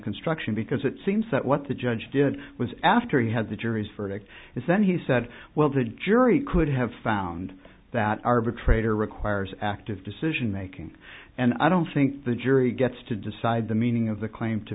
construction because it seems that what the judge did was after he had the jury's verdict is then he said well the jury could have found that arbitrator requires active decision making and i don't think the jury gets to decide the meaning of the claim to